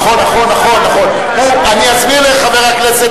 שנתיים אנחנו, נכון, אני אסביר לחבר הכנסת